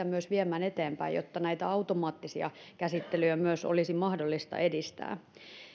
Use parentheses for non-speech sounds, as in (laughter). (unintelligible) myös viemään eteenpäin jotta näitä automaattisia käsittelyjä myös olisi mahdollista edistää